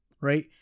right